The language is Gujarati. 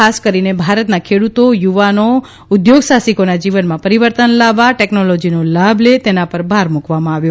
ખાસ કરીને ભારતના ખેડુતો યુવાનો અને ઉદ્યોગસાહસિકોના જીવનમાં પરિવર્તન લાવવા ટેક્નોલોજીનો લાભ લે તેના પર ભાર મૂકવામાં આવ્યો